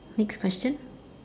fix question